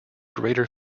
greater